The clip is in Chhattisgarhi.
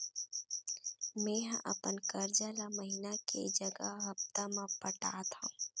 मेंहा अपन कर्जा ला महीना के जगह हप्ता मा पटात हव